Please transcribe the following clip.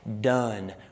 done